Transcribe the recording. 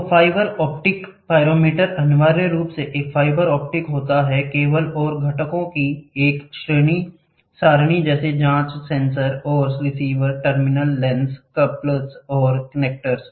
तो fibre optic pyrometer अनिवार्य रूप से एक फाइबर ऑप्टिक होता है केबल और घटकों की एक सरणी जैसे जांच सेंसर और रिसीवर टर्मिनल लेंस कप्लर्स और कनेक्टर्स